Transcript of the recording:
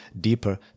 deeper